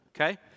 Okay